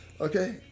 okay